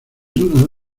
duda